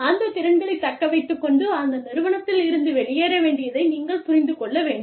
அந்த திறன்களைத் தக்க வைத்துக் கொண்டு அந்த நிறுவனத்தில் இருந்து வெளியேற வேண்டியதை நீங்கள் புரிந்துகொள்ள வேண்டும்